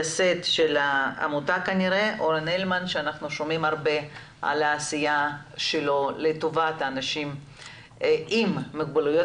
אנחנו שומע ם הרבה על העשייה שלך לטובת אנשים עם מוגבלויות,